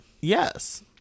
Yes